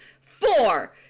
Four